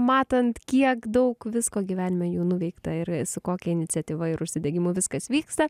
matant kiek daug visko gyvenime jau nuveikta ir su kokia iniciatyva ir užsidegimu viskas vyksta